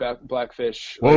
Blackfish